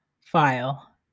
file